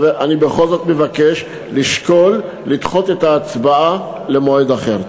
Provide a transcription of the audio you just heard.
אני בכל זאת מבקש לשקול לדחות את ההצבעה למועד אחר.